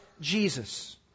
Jesus